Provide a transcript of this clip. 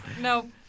No